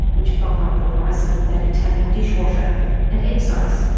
which bump up the price of that italian dishwasher and excise,